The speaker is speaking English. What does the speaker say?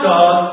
God